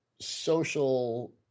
social